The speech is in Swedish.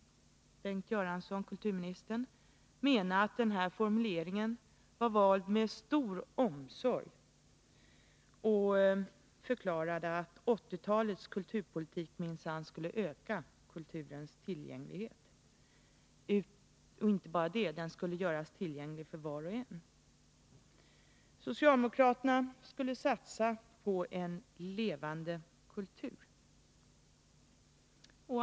Bengt Göransson, kulturministern, menade att denna formulering var vald med stor omsorg och förklarade att 1980-talets kulturpolitik skulle öka kulturens tillgänglighet. Och inte bara det. Den skulle göra kulturen tillgänglig för var och en. Socialdemokraterna skulle satsa på en ”levande kultur”.